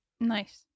Nice